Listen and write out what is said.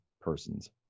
person's